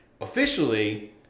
officially